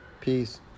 Peace